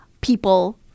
people